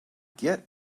get